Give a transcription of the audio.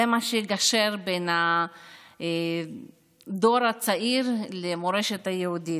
זה מה שיגשר בין הדור הצעיר למורשת היהודית.